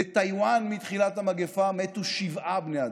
בטייוואן מתחילת המגפה מתו שבעה בני אדם.